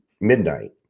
midnight